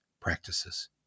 practices